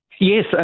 Yes